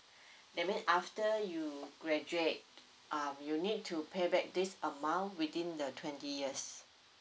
that means after you graduate um you need to pay back this amount within the twenty years